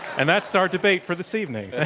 and that's our debate for this evening.